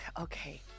okay